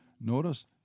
notice